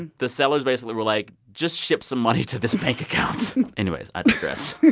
and the sellers basically were, like, just ship some money to this bank account. anyways, i digress.